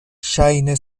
ŝajne